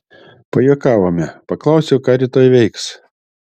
pajuokavome paklausiau ką rytoj veiks